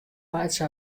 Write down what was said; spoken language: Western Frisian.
meitsje